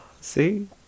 See